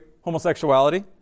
homosexuality